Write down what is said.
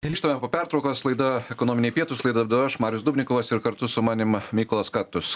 grįžtame po pertraukos laida ekonominiai pietūs laidą vedu aš marius dubnikovas ir kartu su manim mykolas katkus